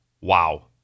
Wow